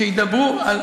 כשידברו על